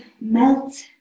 melt